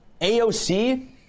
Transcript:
AOC